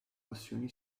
passioni